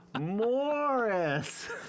Morris